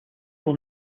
will